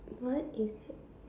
what is that